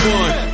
one